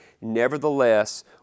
Nevertheless